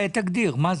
תגדיר מה זה.